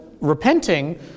repenting